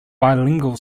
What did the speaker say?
bilingual